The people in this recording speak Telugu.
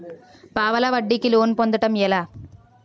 పావలా వడ్డీ కి లోన్ పొందటం ఎలా?